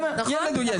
ילד הוא ילד.